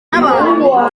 nabantu